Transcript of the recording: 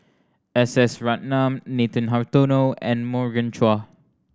S S Ratnam Nathan Hartono and Morgan Chua